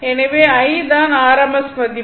எனவே I தான் rms மதிப்பு